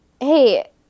Hey